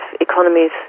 economies